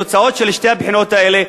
התוצאות של שתי הבחינות האלה,